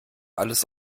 alles